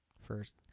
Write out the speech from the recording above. First